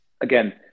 again